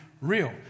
real